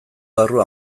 barru